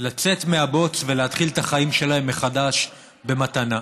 לצאת מהבוץ ולהתחיל את החיים שלהם מחדש במתנה,